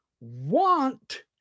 want